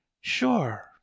sure